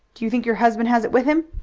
do you think your husband has it with him?